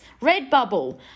Redbubble